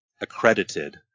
accredited